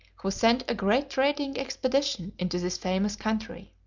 who sent a great trading expedition into this famous country.